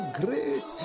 great